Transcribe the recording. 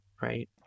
right